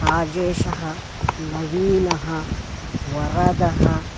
राजेशः नवीनः वरदः